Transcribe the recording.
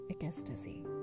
ecstasy